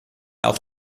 auch